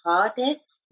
hardest